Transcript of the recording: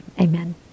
amen